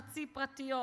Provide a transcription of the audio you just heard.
חצי פרטיות,